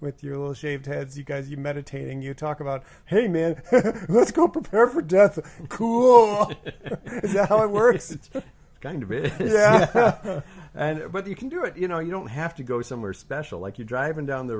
with your little shaved heads you guys you meditating you talk about hey man let's go prepare for death how it works it's kind of it and but you can do it you know you don't have to go somewhere special like you're driving down the